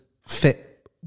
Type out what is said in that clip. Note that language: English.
fit